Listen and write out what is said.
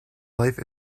life